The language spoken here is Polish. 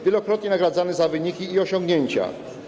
Wielokrotnie nagradzany za wyniki i osiągnięcia.